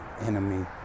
enemy